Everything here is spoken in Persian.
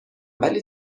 ولی